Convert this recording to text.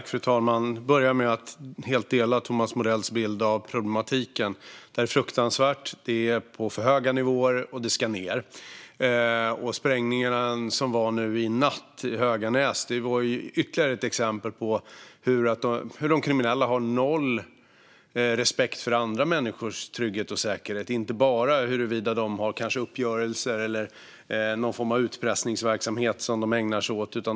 Fru talman! Jag börjar med att helt dela Thomas Morells bild av problematiken. Det är fruktansvärt. Det är på för höga nivåer, och det ska ned. Sprängningen som var nu i natt i Höganäs var ytterligare ett exempel på hur de kriminella har noll respekt för andra människors trygghet och säkerhet. Det gäller inte bara huruvida de kanske har uppgörelser eller ägnar sig åt någon form av utpressningsverksamhet.